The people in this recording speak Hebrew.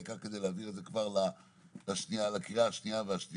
העיקר כדי להעביר את זה כבר לקריאה השנייה והשלישית.